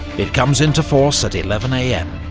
it comes into force at eleven am,